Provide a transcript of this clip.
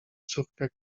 córkę